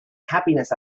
happiness